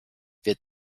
wird